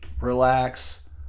relax